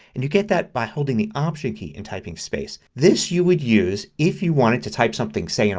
and you get that by holding the option key and typing space. this you would use if you wanted to type something, say, and